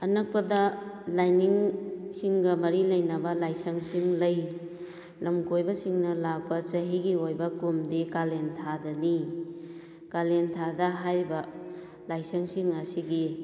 ꯑꯅꯛꯄꯗ ꯂꯥꯏꯅꯤꯡ ꯁꯤꯡꯒ ꯃꯔꯤ ꯂꯩꯅꯕ ꯂꯥꯏꯁꯪꯁꯤꯡ ꯂꯩ ꯂꯝꯀꯣꯏꯕꯁꯤꯡꯅ ꯂꯥꯛꯄ ꯆꯍꯤꯒꯤ ꯑꯣꯏꯕ ꯀꯨꯝꯗꯤ ꯀꯥꯂꯦꯟ ꯊꯥꯗꯅꯤ ꯀꯥꯂꯦꯟ ꯊꯥꯗ ꯍꯥꯏꯔꯤꯕ ꯂꯥꯏꯁꯪꯁꯤꯡ ꯑꯁꯤꯒꯤ